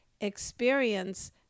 experience